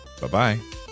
Bye-bye